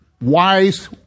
wise